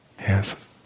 Yes